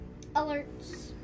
Alerts